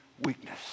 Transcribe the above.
weakness